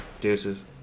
deuces